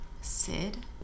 Sid